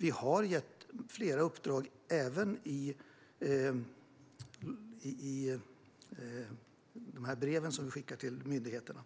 Vi har gett flera uppdrag, även i de brev som vi skickar till myndigheterna.